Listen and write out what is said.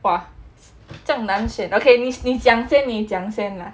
!wah! 这样难选 okay 你讲先你讲先